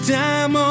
time